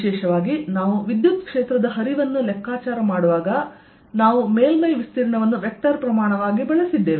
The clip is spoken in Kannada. ವಿಶೇಷವಾಗಿ ನಾವು ವಿದ್ಯುತ್ ಕ್ಷೇತ್ರದ ಹರಿವನ್ನು ಲೆಕ್ಕಾಚಾರ ಮಾಡುವಾಗ ನಾವು ಮೇಲ್ಮೈ ವಿಸ್ತೀರ್ಣವನ್ನು ವೆಕ್ಟರ್ ಪ್ರಮಾಣವಾಗಿ ಬಳಸಿದ್ದೇವೆ